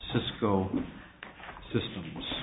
cisco systems